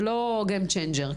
זה לא גיים צ'יינג'ר,